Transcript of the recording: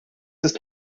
ist